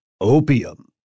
opium